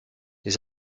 les